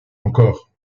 encore